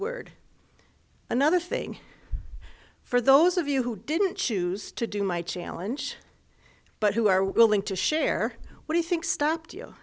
word another thing for those of you who didn't choose to do my challenge but who are willing to share what you think stopped you